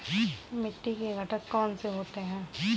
मिट्टी के घटक कौन से होते हैं?